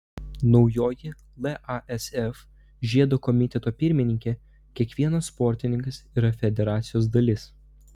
naujoji lasf žiedo komiteto pirmininkė kiekvienas sportininkas yra federacijos dalis